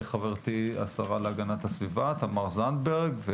את חברתי השרה להגנת הסביבה תמר זנדברג,